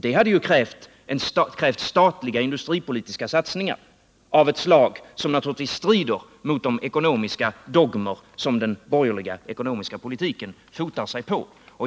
Det hade krävt statliga industripolitiska satsningar av ett slag som naturligtvis strider mot de ekonomiska dogmer som den borgerliga ekonomiska politiken fotar sig på.